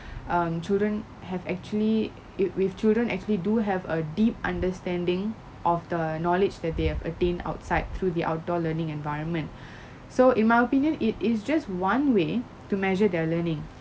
um children have actually it with children actually do have a deep understanding of the knowledge that they have attained outside through the outdoor learning environment so in my opinion it is just one way to measure their learning